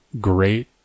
great